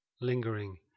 lingering